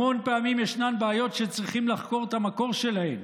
המון פעמים ישנן בעיות שצריכים לחקור את המקור שלהן,